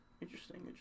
Interesting